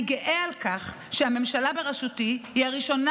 אני גאה על כך שהממשלה בראשותי היא הראשונה